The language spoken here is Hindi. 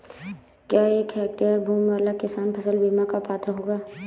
क्या एक हेक्टेयर भूमि वाला किसान फसल बीमा का पात्र होगा?